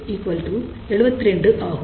272 ஆகும்